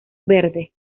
verde